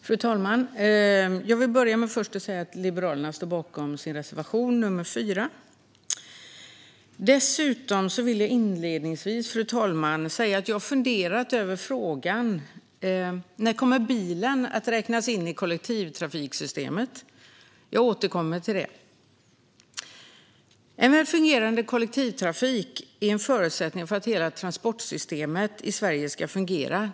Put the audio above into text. Fru talman! Jag vill börja med att yrka bifall till Liberalernas reservation nr 4. Dessutom vill jag så här inledningsvis, fru talman, säga att jag har funderat över frågan när bilen kommer att räknas in i kollektivtrafiksystemet. Jag återkommer till det. En väl fungerande kollektivtrafik är en förutsättning för att hela transportsystemet i Sverige ska fungera.